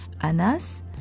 Anas